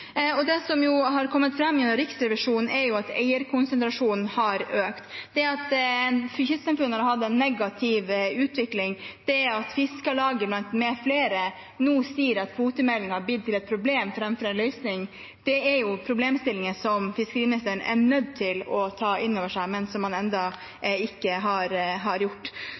Det som har kommet fram via Riksrevisjonen, er at eierkonsentrasjonen har økt, at kystsamfunnene har hatt en negativ utvikling, og at Fiskarlaget med flere nå sier at kvotemeldingen er blitt et problem framfor en løsning. Det er problemstillinger som fiskeriministeren er nødt til å ta inn over seg, men som han ennå ikke har gjort. Så jeg spør igjen, som jeg har gjort